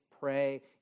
Pray